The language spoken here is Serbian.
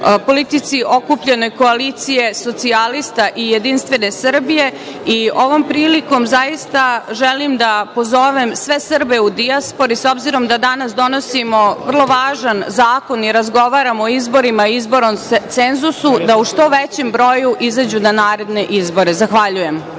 politici okupljenoj koaliciji socijalista i Jedinstvene Srbije. Ovom prilikom zaista želim da pozovem sve Srbe u dijaspori, s obzirom da danas donosimo vrlo važan zakon i razgovaramo o izborima, izbor o cenzusu, da u što većem broju izađu na naredne izbore. Zahvaljujem.